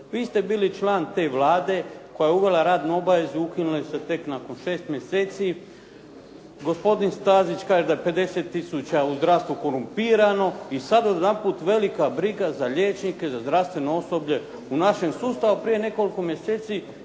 Vi ste bili član te Vlade koja je uvela radnu obavezu, ukinuli ste je tek nakon šest mjeseci. Gospodin Stazić kaže da je 50 tisuća u zdravstvu korumpirano i sad odjedanput velika briga za liječnike, za zdravstveno osoblje. U našem sustavu prije nekoliko mjeseci